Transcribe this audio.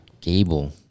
Gable